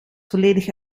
volledig